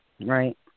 Right